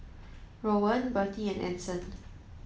Rowan Birtie and Anson